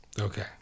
Okay